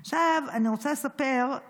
עכשיו, אני רוצה לספר,